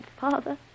father